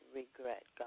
regret